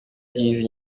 bw’izi